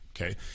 okay